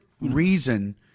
reason